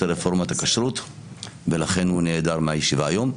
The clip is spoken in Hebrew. רפורמת הכשרות ולכן הוא נעדר מהישיבה היום.